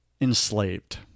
enslaved